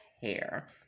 hair